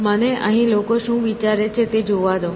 તેથી મને અહીં લોકો શું વિચારે છે તે જોવા દો